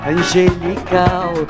Angelical